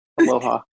Aloha